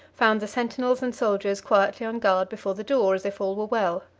found the sentinels and soldiers quietly on guard before the door, as if all were well.